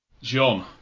John